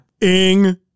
Ing